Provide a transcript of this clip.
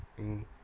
mm